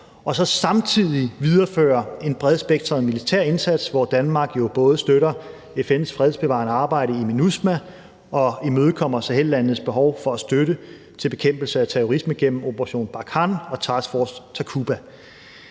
vil samtidig videreføre en bredspektret militær indsats, hvor Danmark jo både støtter FN's fredsbevarende arbejde i MINUSMA og imødekommer Sahellandenes behov for støtte til bekæmpelse af terrorisme gennem »Operation Barkhane« og Task Force Takuba.